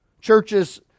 Churches